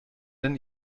denn